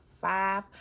five